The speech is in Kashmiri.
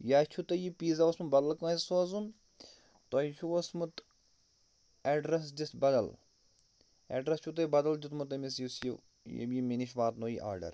یا چھُو تۄہہِ یہِ پیٖزا اوسمُت بدلہٕ کٲنٛسہِ سوزُن تۄہہِ چھُو اوسمُت ایٚڈرَس دِتھ بدل ایٚڈرس چھُو تۄہہِ بدل دیٛتمُت تٔمِس یُس یہِ ییٚمۍ یہِ مےٚ نِش واتنو یہِ آرڈَر